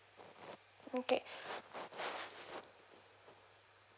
okay